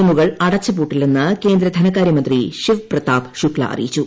എമ്മുകൾ അടച്ചു പൂട്ടില്ലെന്ന് കേന്ദ്രധനകാര്യമന്ത്രി ശിവ് പ്രതാപ് ശുക്ല അറിയിച്ചു